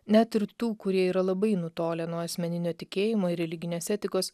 net ir tų kurie yra labai nutolę nuo asmeninio tikėjimo ir religinės etikos